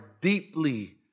deeply